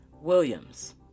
Williams